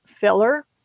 filler